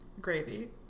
Gravy